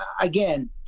again